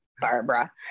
barbara